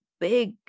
big